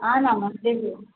నమస్తే